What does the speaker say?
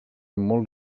molt